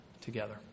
together